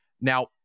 now